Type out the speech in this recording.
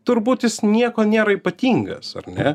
turbūt jis nieko nėra ypatingas ar ne